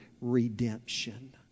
redemption